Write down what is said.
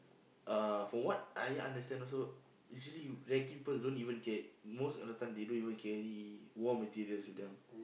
uh from what I understand also usually recce people don't even K most of the time they don't even carry war materials with them